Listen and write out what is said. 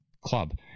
club